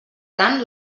tant